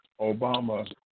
Obama